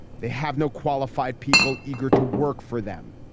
they have no qualified people eager to work for them.